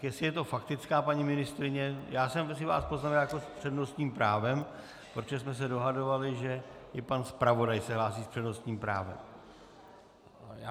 Jestli je to faktická, paní ministryně já jsem si u vás poznamenal s přednostním právem, protože jsme se dohadovali, že i pan zpravodaj se hlásí s přednostním právem.